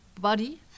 body